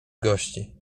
gości